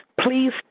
please